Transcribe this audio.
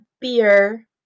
beer